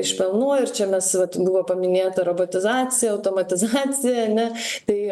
iš pelnų ir čia mes vat buvo paminėta robotizacija automatizacija ane tai